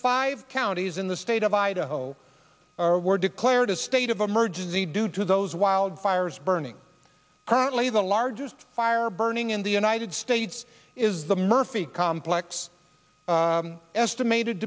five counties in the state of idaho were declare it is state of emergency due to those wildfires burning currently the largest fire burning in the united states is the murphy complex estimated